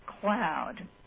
cloud